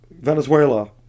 Venezuela